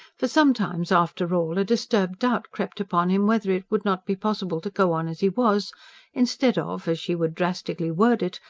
for sometimes, after all, a disturbed doubt crept upon him whether it would not be possible to go on as he was instead of, as she would drastically word it,